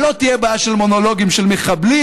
ולא תהיה בעיה של מונולוגים של מחבלים,